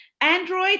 Android